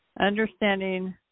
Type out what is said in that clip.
understanding